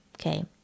Okay